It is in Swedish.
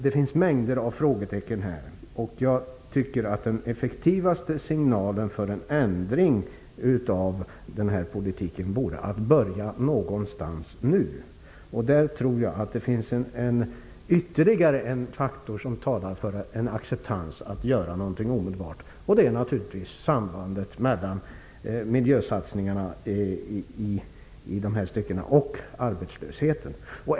Det finns mängder av frågetecken, och jag tycker att den effektivaste signalen för en ändring av politiken vore att börja någonstans nu. En ytterligare faktor som talar för att göra någonting omedelbart är samspelet mellan miljösatsningarna i de här styckena och arbetslösheten.